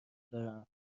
دارم